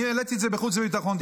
אני העליתי את זה בחוץ וביטחון,